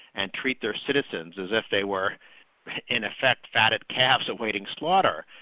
and treat their citizens as if they were in effect fatted calves awaiting slaughter.